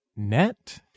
Net